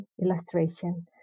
illustration